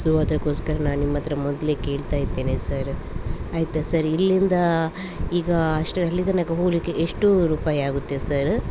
so ಅದಕ್ಕೋಸ್ಕರ ನಾನು ನಿಮ್ಮಹತ್ರ ಮೊದಲೇ ಕೇಳ್ತಾಯಿದ್ದೇನೆ ಸರ್ ಆಯ್ತಾ ಸರ್ ಇಲ್ಲಿಂದ ಈಗ ಅಷ್ಟು ಅಲ್ಲಿ ತನಕ ಹೋಗಲಿಕ್ಕೆ ಎಷ್ಟು ರೂಪಾಯಿ ಆಗುತ್ತೆ ಸರ